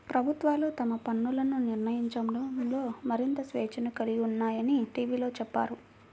ప్రభుత్వాలు తమ పన్నులను నిర్ణయించడంలో మరింత స్వేచ్ఛను కలిగి ఉన్నాయని టీవీలో చెప్పారు